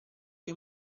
che